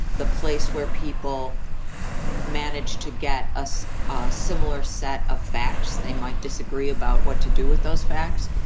the place where people manage to get us a similar set of facts. they might disagree about what to do with those facts.